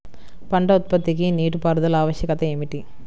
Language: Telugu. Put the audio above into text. పంట ఉత్పత్తికి నీటిపారుదల ఆవశ్యకత ఏమిటీ?